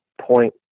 point